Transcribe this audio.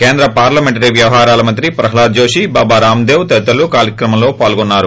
కేంద్ర పార్లమెంటరి వ్యవహారాల మంత్రి ప్రహ్లాద్ జోషీ బాబా రామ్ దేవ్ తదితరులు కార్యక్రమంలో పాల్గొన్నారు